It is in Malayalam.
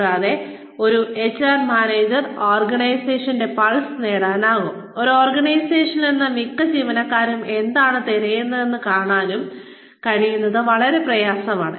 കൂടാതെ ഒരു എച്ച്ആർ മാനേജർക്ക് ഓർഗനൈസേഷന്റെ പൾസ് നേടാനും ആ ഓർഗനൈസേഷനിൽ നിന്ന് മിക്ക ജീവനക്കാരും എന്താണ് തിരയുന്നതെന്ന് കാണാനും കഴിയുന്നത് വളരെ പ്രധാനമാണ്